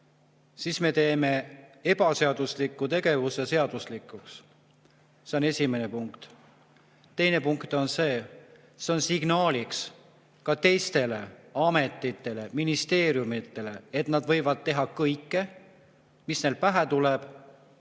siis me teeme ebaseadusliku tegevuse seaduslikuks. See on esimene punkt. Teine punkt on see: see on signaaliks ka teistele ametitele, ministeeriumidele, et nad võivad teha kõike, mis neil pähe tuleb,